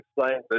explain